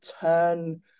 turn